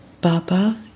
Baba